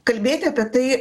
kalbėti apie tai